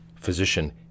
Physician